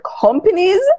companies